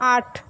আট